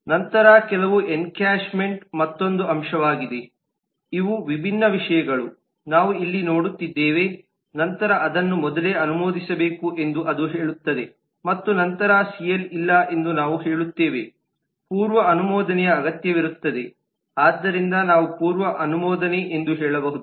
ನಂತರ ಕೆಲವು ಎನ್ಕ್ಯಾಶ್ಮೆಂಟ್ ಮತ್ತೊಂದು ಅಂಶವಾಗಿದೆ ಇವು ವಿಭಿನ್ನ ವಿಷಯಗಳು ನಾವು ಇಲ್ಲಿ ನೋಡುತ್ತಿದ್ದೇವೆ ನಂತರ ಅದನ್ನು ಮೊದಲೇ ಅನುಮೋದಿಸಬೇಕು ಎಂದು ಅದು ಹೇಳುತ್ತದೆ ಮತ್ತು ನಂತರ ಸಿಎಲ್ ಇಲ್ಲ ಎಂದು ನಾವು ಹೇಳುತ್ತೇವೆ ಪೂರ್ವ ಅನುಮೋದನೆಯ ಅಗತ್ಯವಿರುತ್ತದೆ ಆದ್ದರಿಂದ ನಾವು ಪೂರ್ವ ಅನುಮೋದನೆ ಎಂದು ಹೇಳಬಹುದು